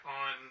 on